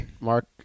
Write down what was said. mark